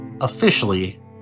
officially